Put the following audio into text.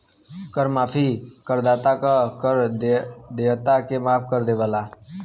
कर माफी करदाता क कर देयता के माफ कर देवला